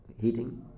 heating